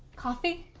coffee?